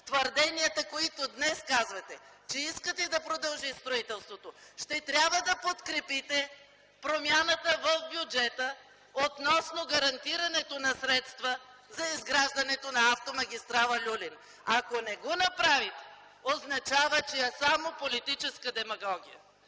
твърденията, които днес казвате, че искате да продължи строителството, ще трябва да подкрепяте промяната в бюджета относно гарантирането на средства за изграждането на автомагистрала „Люлин”. Ако не го направите, означава, че е само политическа демагогия,